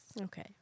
Okay